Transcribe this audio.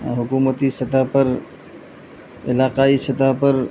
حکومتی سطح پر علاقائی سطح پر